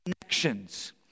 connections